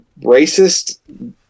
racist